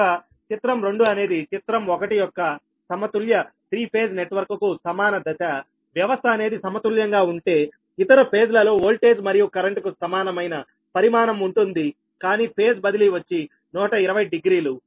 కనుక చిత్రం రెండు అనేది చిత్రం 1 యొక్క సమతుల్య త్రీ ఫేజ్ నెట్వర్క్కు సమాన దశవ్యవస్థ అనేది సమతుల్యంగా ఉంటే ఇతర ఫేజ్ ల లో వోల్టేజ్ మరియు కరెంట్ కు సమానమైన పరిమాణం ఉంటుంది కానీ ఫేజ్ బదిలీ వచ్చి 120 డిగ్రీలు